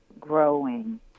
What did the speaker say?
growing